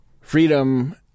Freedom